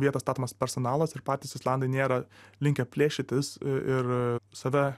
vietą statomas personalas ir patys islandai nėra linkę plėšytis ir save